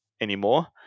anymore